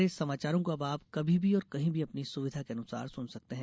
हमारे समाचारों को अब आप कभी भी और कहीं भी अपनी सुविधा के अनुसार सुन सकते हैं